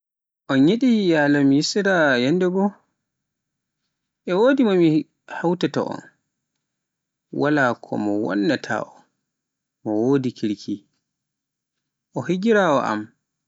On yiɗi yalon Misra yanndegoo? E wodi mo mi kautata on, wala ko mo wanna ta on, mo wodi kirki, o higirawoo am.